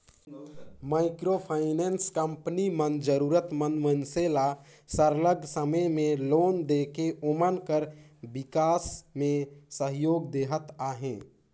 micro finance company मन जरूरत मंद मइनसे मन ल सरलग समे में लोन देके ओमन कर बिकास में सहयोग देहत अहे